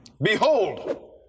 Behold